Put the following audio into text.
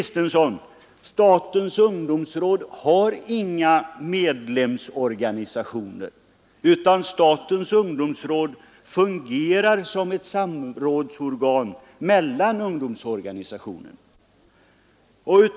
Statens ungdomsråd, fru Kristensson, har inga medlemsorganisationer, utan rådet fungerar som ett samrådsorgan mellan ungdomsorganisationerna.